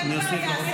אין בעיה.